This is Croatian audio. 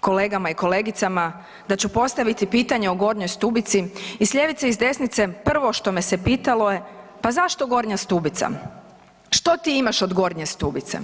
kolegama i kolegicama da ću postaviti pitanje o Gornjoj Stubici i s ljevice i s desnice prvo što me se pitalo je pa zašto Gornja Stubica, što ti imaš od Gornje Stubice?